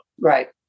Right